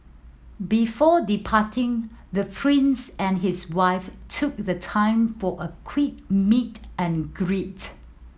before departing the Prince and his wife took the time for a quick meet and greet